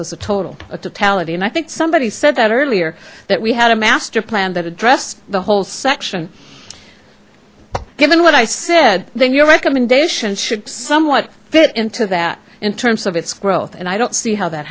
total totality and i think somebody said that earlier that we had a master plan that addressed the whole section given what i said then your recommendation should somewhat fit into that in terms of its growth and i don't see how that